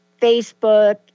Facebook